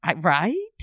Right